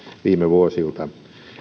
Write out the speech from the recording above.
viime vuosilta